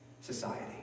society